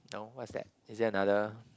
no what's that is that another